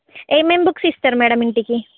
ఏమేం బుక్స్ ఇస్తారు మ్యాడం ఇంటికి